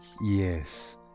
Yes